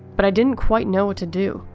but i didn't quite know what to do.